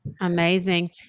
Amazing